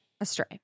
astray